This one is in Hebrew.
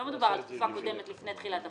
לא מדובר על תקופה קודמת לפני תחילת החוק.